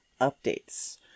updates